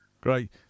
Great